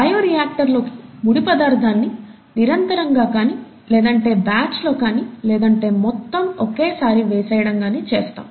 bio reactor లోకి ముడి పదార్ధాన్ని నిరంతరంగా కానీ లేదంటే బ్యాచ్లలో కానీ లేదంటే మొత్తం ఒకేసారి వేసేయడం కానీ చేస్తాము